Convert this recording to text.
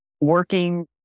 working